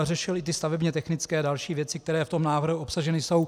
Řešil i stavebně technické a další věci, které v tom návrhu obsaženy jsou.